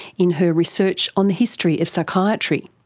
in her research on the history of psychiatry.